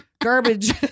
Garbage